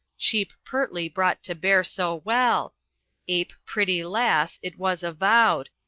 sheep pertly brought to bear so well ape pretty lass it was avowed,